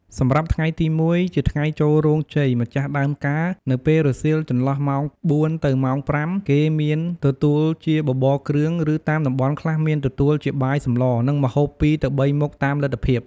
សម្រាប់់ថ្ងៃទី១ ជាថ្ងៃចូលរោងជ័យម្ចាស់ដើមការនៅពេលរសៀលចន្លោះម៉ោង៤ទៅម៉ោង៥គេមានទទួលជាបបរគ្រឿង ឬតាមតំបន់ខ្លះមានទទួលជាបាយសម្ល និងម្ហូប២ទៅ៣មុខតាមលទ្ធភាព ។